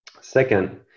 Second